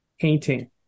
painting